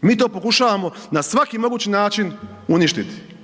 mi to pokušavamo na svaki mogući način uništiti.